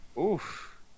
Oof